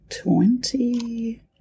Twenty